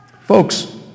Folks